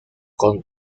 con